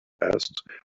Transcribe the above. asked